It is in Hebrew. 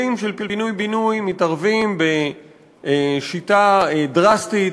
כלים של פינוי-בינוי מתערבים בשיטה דרסטית,